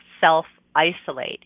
self-isolate